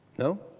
No